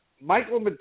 Michael